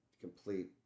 complete